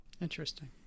Interesting